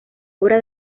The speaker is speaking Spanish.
obra